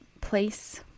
place